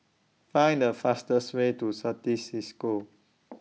Find The fastest Way to Certis CISCO